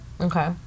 Okay